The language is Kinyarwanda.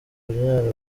kunyara